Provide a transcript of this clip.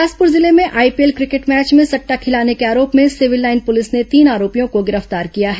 बिलासपुर जिले में IPL cricket match में सट्टा खिलाने के आरोप में सिविल लाइन पुलिस ने तीन आरोपियों को गिरफ्तार किया है